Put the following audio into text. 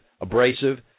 abrasive